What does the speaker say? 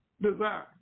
desire